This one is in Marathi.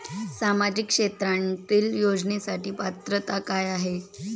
सामाजिक क्षेत्रांतील योजनेसाठी पात्रता काय आहे?